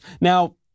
Now